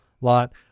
lot